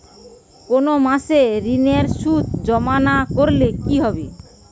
কোনো মাসে ঋণের সুদ জমা না করলে কি হবে?